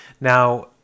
Now